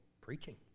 preaching